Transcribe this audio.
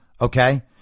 okay